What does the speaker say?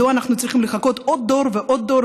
מדוע אנחנו צריכים לחכות עוד דור ועוד דור